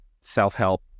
self-help